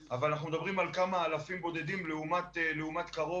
אבל אנחנו מדברים על כמה אלפים בודדים לעומת קרוב